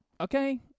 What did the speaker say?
Okay